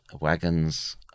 Wagons